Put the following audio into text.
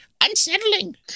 Unsettling